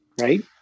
right